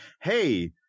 hey